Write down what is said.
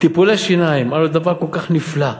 טיפולי שיניים, הרי דבר כל כך נפלא.